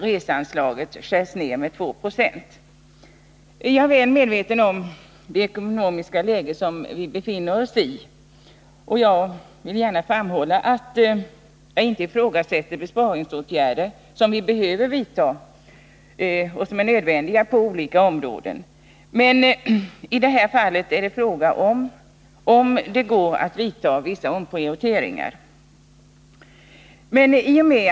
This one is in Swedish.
Jag är väl medveten om det svåra ekonomiska läge som vi befinner oss i, och jag vill gärna framhålla att jag inte ifrågasätter de besparingsåtgärder som vi behöver vidta på olika områden, men i det här fallet är det fråga om huruvida det går att göra vissa omprioriteringar.